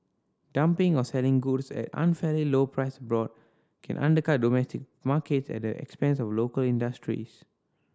dumping or selling goods at unfairly low price abroad can undercut domestic markets at the expense of local industries